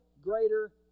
greater